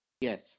Yes